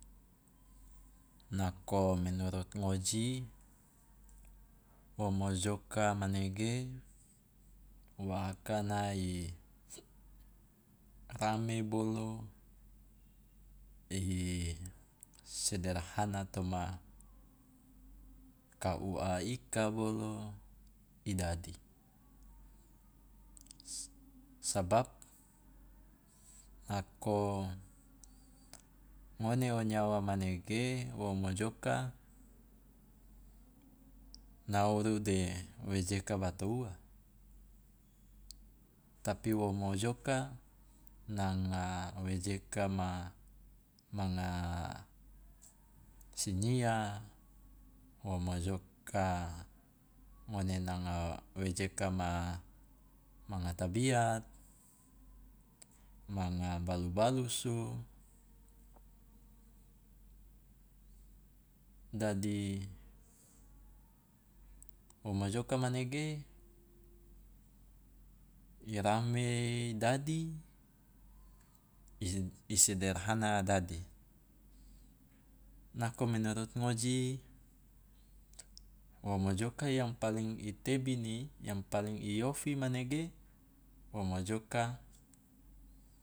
Nako menurut ngoji wo mojoka manege wa akana i rame bolo, i sederhana toma kua ika bolo i dadi, sabab nako ngone o nyawa manege wo mojoka nauru de wejeka bato ua, tapi wo mojoka nanga wejeka ma- manga sinyia, wo mojoka ngone nanga wejeka manga tabiat, manga balu balusu, dadi o mojoka manege i rame dadi, i i sederhana dadi. Nako menurut ngoji wo mojoka yang paling i tebini yang paling i ofi manege o mojoka